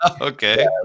Okay